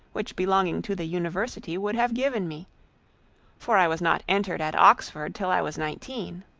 which belonging to the university would have given me for i was not entered at oxford till i was nineteen.